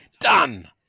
Done